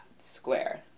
square